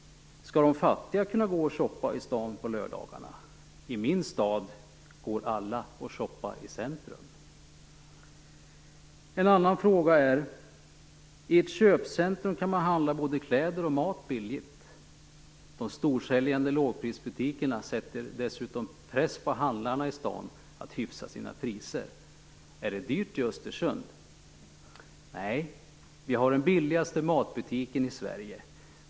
Ska de fattiga kunna gå och shoppa i stan på lördagarna? - I min stad går alla och shoppar i centrum!" En annan fråga är: "I ett köpcentrum kan man handla både kläder och mat billigt. De storsäljande lågprisbutikerna sätter dessutom press på handlarna i staden att hyfsa sina priser. Är det dyrt i Östersund? - Vi har den billigaste matbutiken i Sverige.